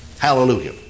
Hallelujah